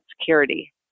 security